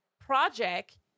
project